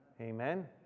Amen